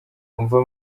umva